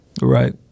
Right